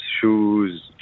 shoes